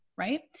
right